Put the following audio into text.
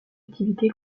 activité